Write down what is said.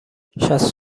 شصت